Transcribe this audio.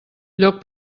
lloc